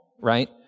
right